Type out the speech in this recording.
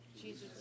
Jesus